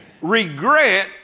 Regret